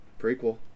Prequel